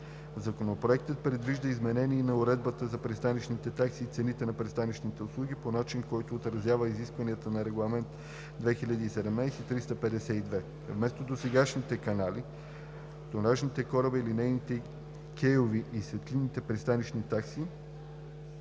Законопроектът предвижда изменение и на уредбата на пристанищните такси и цените на пристанищните услуги по начин, който отразява изискванията на Регламент (ЕС) 2017/352. Вместо досегашните канални, тонажни корабни, линейни кейови и светлинни пристанищни такси